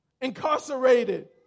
incarcerated